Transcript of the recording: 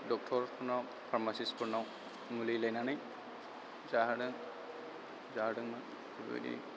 डक्ट'रफोरनाव फार्मासिस्टफोरनाव मुलि लायनानै जाहोदों जाहोदोंमोन बेफोरबायदि